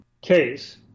case